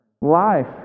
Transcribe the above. life